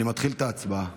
אני מתחיל את ההצבעה.